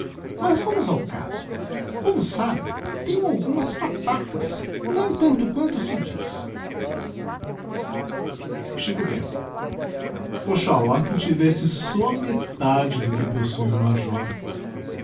mas vamos ao caso como sabe tenho algumas patacas não tanto quanto se diz xico bento oxalá que eu tivesse só a metade do que possue o major